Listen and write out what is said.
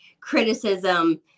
criticism